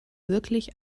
wirklich